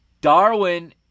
Darwin